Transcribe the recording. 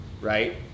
right